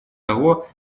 того